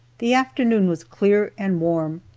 the afternoon was clear and warm,